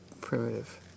primitive